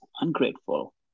ungrateful